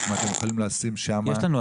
אם אתם יכולים לשים שם --- יש לנו,